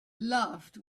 laughed